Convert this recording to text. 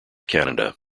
canada